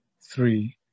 three